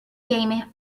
gamer